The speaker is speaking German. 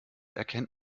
erkennt